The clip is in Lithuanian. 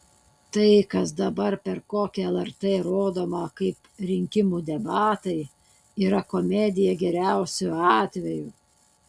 tai kas dabar per kokią lrt rodoma kaip rinkimų debatai yra komedija geriausiu atveju